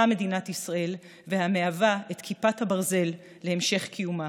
מדינת ישראל והמהווה את כיפת הברזל להמשך קיומה.